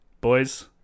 boys